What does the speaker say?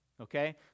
Okay